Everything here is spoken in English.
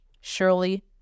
surely